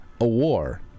Awar